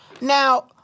Now